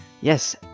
Yes